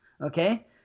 Okay